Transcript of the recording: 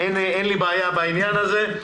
אין לי בעיה עם העניין הזה.